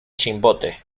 chimbote